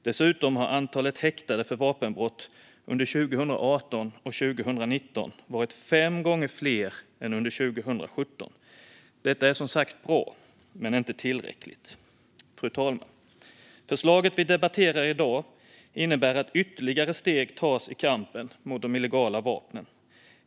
Dessutom har antalet häktade för vapenbrott under 2018 och 2019 varit fem gånger större än under 2017. Detta är som sagt bra men inte tillräckligt. Fru talman! Förslaget vi debatterar i dag innebär att ytterligare steg tas i kampen mot de illegala vapnen.